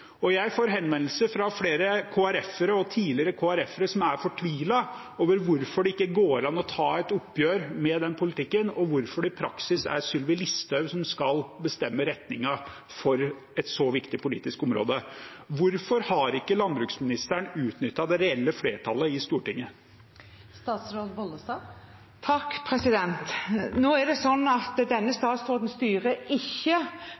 Jeg får henvendelser fra flere KrF-ere og tidligere KrF-ere som er fortvilet over hvorfor det ikke går an å ta et oppgjør med den politikken, og hvorfor det i praksis er Sylvi Listhaug som skal bestemme retningen for et så viktig politisk område. Hvorfor har ikke landbruksministeren utnyttet det reelle flertallet i Stortinget? Denne statsråden styrer ikke på en tidligere statsråd.